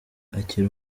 akiri